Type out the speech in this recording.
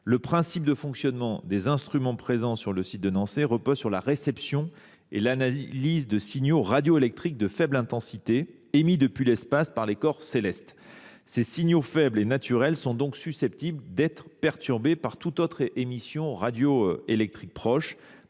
Le principe de fonctionnement des instruments présents sur le site de Nançay repose sur la réception et l’analyse de signaux radioélectriques de faible intensité, émis depuis l’espace par les corps célestes. Ces signaux faibles et naturels sont donc susceptibles d’être perturbés par toute autre émission radioélectrique proche,